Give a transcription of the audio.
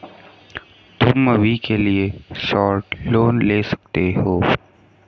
तुम अभी के लिए शॉर्ट लोन ले सकते हो